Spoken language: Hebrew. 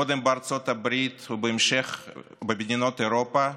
קודם בארצות הברית ובהמשך במדינות אירופה,